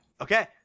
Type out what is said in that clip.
Okay